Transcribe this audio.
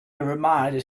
reminded